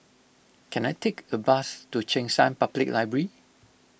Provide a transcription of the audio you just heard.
can I take a bus to Cheng San Public Library